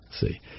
see